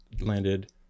landed